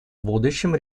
будущем